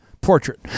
portrait